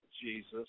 Jesus